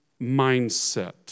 mindset